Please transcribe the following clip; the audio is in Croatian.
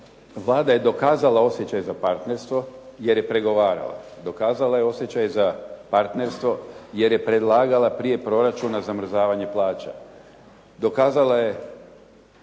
Vlada je dokazala osjećaj za partnerstvo jer je pregovarala, dokazala je osjećaj za partnerstvo jer je predlagala prije proračuna zamrzavanje plaća. Dokazala je